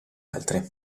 altri